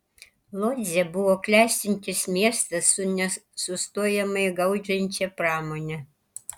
lodzė buvo klestintis miestas su nesustojamai gaudžiančia pramone